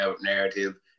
narrative